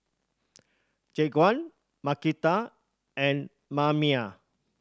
Jaquan Markita and Mamie